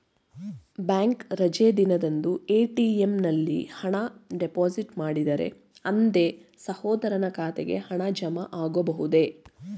Bank ರಜೆ ದಿನದಂದು ATM ನಲ್ಲಿ ಹಣ ಡಿಪಾಸಿಟ್ ಮಾಡಿದರೆ ಅಂದೇ ಸಹೋದರನ ಖಾತೆಗೆ ಹಣ ಜಮಾ ಆಗಬಹುದೇ?